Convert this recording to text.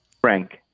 Frank